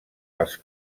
els